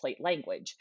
language